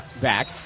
back